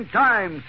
time